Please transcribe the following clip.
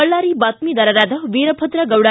ಬಳ್ಳಾರಿ ಬಾತ್ಗಿದಾರರಾದ ವೀರಭದ್ರಗೌಡ